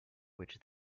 which